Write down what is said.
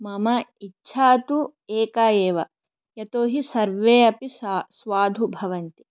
मम इच्छा तु एका एव यतो हि सर्वे अपि स्वादु भवन्ति